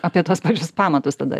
apie tuos pačius pamatus tada